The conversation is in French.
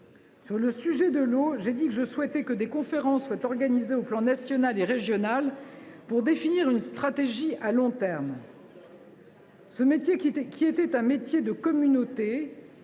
Sur le sujet de l’eau, je l’ai dit, je souhaite que des conférences soient organisées aux plans national et régional, pour définir une stratégie à long terme. « Ce métier, qui était un métier de communauté,